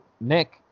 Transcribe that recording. Nick